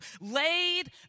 laid